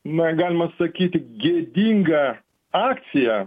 na galima sakyti gėdingą akciją